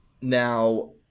Now